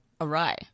awry